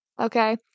Okay